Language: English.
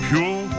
Pure